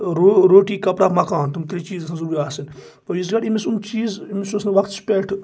رو روٹی کَپڑا مکان تٕم ترٛےٚ چیٖز گَژھن ضروری آسٕنۍ اور یُس زَن أمس یُس چیٖز أمس اوس نہٕ وقتس پٮ۪ٹھ